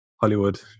Hollywood